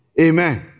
Amen